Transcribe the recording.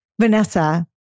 Vanessa